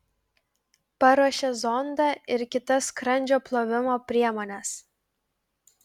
paruošia zondą ir kitas skrandžio plovimo priemones